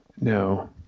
No